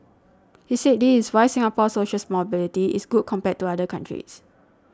he said this is why Singapore's socials mobility is good compared to other countries